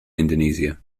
indonesia